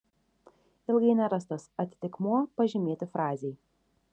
ilgai nerastas atitikmuo pažymėti frazei